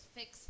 fix